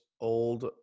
old